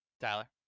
Tyler